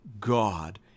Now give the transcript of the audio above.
God